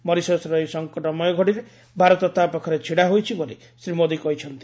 ମରିସସ୍ର ଏହି ସଂକଟମୟ ଘଡ଼ିରେ ଭାରତ ତା ପାଖରେ ଛିଡ଼ା ହୋଇଛି ବୋଲି ଶ୍ରୀ ମୋଦୀ କହିଛନ୍ତି